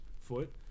foot